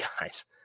guys